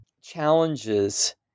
challenges